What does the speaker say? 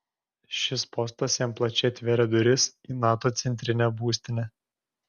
šis postas jam plačiai atvėrė duris į nato centrinę būstinę